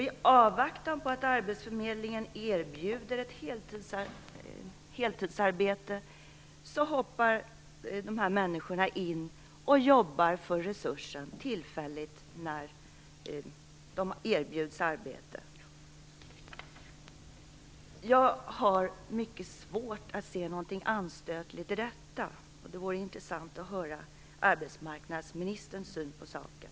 I avvaktan på att arbetsförmedlingen erbjuder ett heltidsarbete hoppar dessa människor in och jobbar för Resursen tillfälligt när de erbjuds arbete där. Jag har mycket svårt att se någonting anstötligt i detta. Det vore intressant att höra arbetsmarknadsministerns syn på saken.